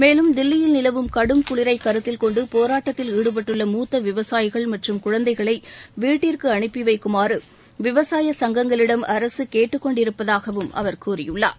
மேலும் தில்லியில் நிலவும் கடும் குளிரைக் கருத்தில் கொண்டு போராட்டத்தில் ஈடுபட்டுள்ள மூத்த விவசாயிகள் மற்றும் குழந்தைகளை வீட்டிற்கு அனுப்பி வைக்குமாறு விவசாய கங்கங்களிடம் அரசு கேட்டுக் கொண்டிருப்பதாகவும் அவர் கூறியுள்ளார்